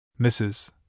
Mrs